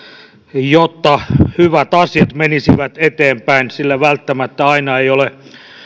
jotta hyvät asiat menisivät eteenpäin sillä välttämättä aina ei ole